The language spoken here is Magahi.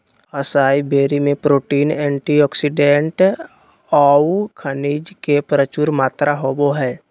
असाई बेरी में प्रोटीन, एंटीऑक्सीडेंट औऊ खनिज के प्रचुर मात्रा होबो हइ